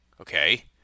okay